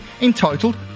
entitled